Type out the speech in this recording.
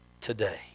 today